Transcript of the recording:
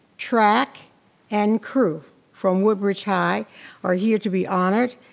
track and crew from woodbridge high are here to be honored.